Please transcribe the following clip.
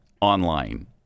online